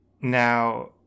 now